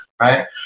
right